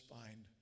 find